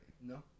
no